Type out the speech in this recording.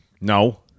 No